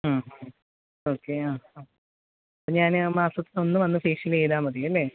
okay ആ ആ ഞാൻ മാസത്തിലൊന്ന് വന്ന് ഫേഷ്യൽ ചെയ്താൽ മതിയല്ലേ